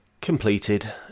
completed